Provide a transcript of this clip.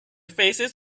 faces